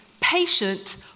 patient